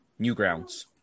Newgrounds